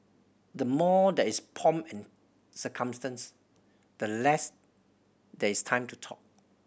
the more there is pomp and circumstance the less there is time to talk